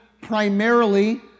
primarily